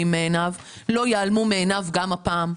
מעיניו הם לא ייעלמו מעיניו גם הפעם.